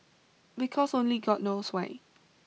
because only god knows why